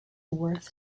worth